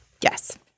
Yes